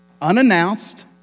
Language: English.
unannounced